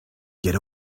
get